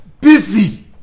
busy